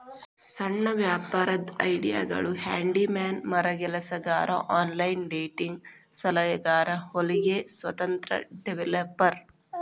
ಸಣ್ಣ ವ್ಯಾಪಾರದ್ ಐಡಿಯಾಗಳು ಹ್ಯಾಂಡಿ ಮ್ಯಾನ್ ಮರಗೆಲಸಗಾರ ಆನ್ಲೈನ್ ಡೇಟಿಂಗ್ ಸಲಹೆಗಾರ ಹೊಲಿಗೆ ಸ್ವತಂತ್ರ ಡೆವೆಲಪರ್